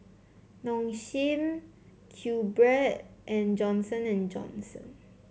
Nong Shim QBread and Johnson And Johnson